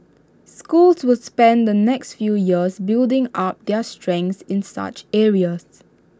schools will spend the next few years building up their strengths in such areas